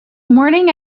morning